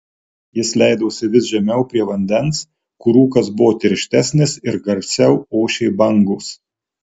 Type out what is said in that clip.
jis leidosi vis žemiau prie vandens kur rūkas buvo tirštesnis ir garsiau ošė bangos